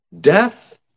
Death